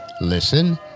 listen